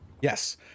Yes